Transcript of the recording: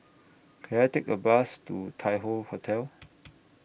Can I Take A Bus to Tai Hoe Hotel